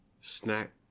snack